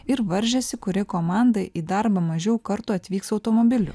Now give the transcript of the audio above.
ir varžėsi kuri komanda į darbą mažiau kartų atvyks automobiliu